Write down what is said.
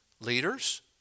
leaders